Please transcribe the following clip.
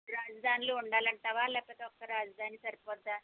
మూడు రాజధానులు ఉండాలి అంటావా లేకపోతే ఒక రాజధాని సరిపోద్దా